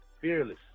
Fearless